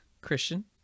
Christian